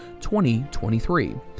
2023